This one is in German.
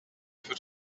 für